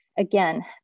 Again